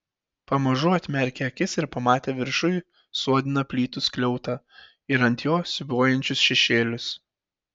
pamažu atmerkė akis ir pamatė viršuj suodiną plytų skliautą ir ant jo siūbuojančius šešėlius